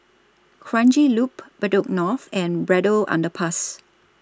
Kranji Loop Bedok North and Braddell Underpass